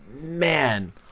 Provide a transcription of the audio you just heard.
man